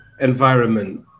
environment